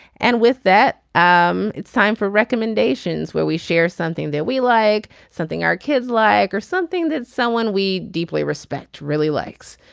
and with that um it's time for recommendations where we share something that we like something our kids like or something that someone we deeply respect really likes.